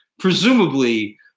presumably